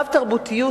הרב-תרבותיות,